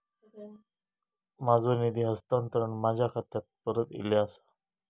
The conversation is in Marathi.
माझो निधी हस्तांतरण माझ्या खात्याक परत इले आसा